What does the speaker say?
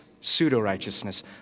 pseudo-righteousness